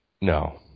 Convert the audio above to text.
No